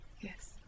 Yes